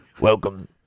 Welcome